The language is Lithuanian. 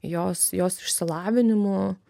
jos jos išsilavinimu